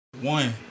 One